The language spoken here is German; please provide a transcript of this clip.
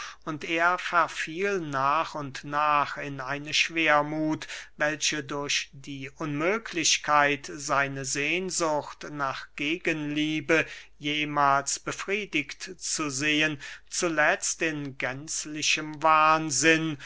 er verfiel nach und nach in eine schwermuth welche durch die unmöglichkeit seine sehnsucht nach gegenliebe jemahls befriedigt zu sehen zuletzt in gänzlichem wahnsinn